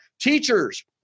Teachers